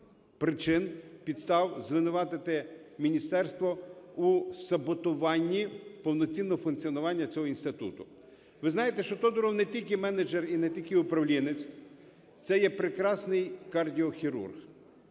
причин, підстав звинуватити Міністерство у саботуванні повноцінного функціонування цього інституту. Ви знаєте, що Тодуров не тільки менеджер і не тільки управлінець, це є прекрасний кардіохірург.